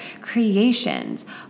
creations